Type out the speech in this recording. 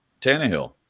Tannehill